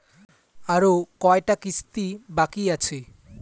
আরো কয়টা কিস্তি বাকি আছে?